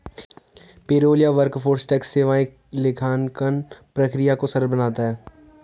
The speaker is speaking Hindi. पेरोल या वर्कफोर्स टैक्स सेवाएं लेखांकन प्रक्रिया को सरल बनाता है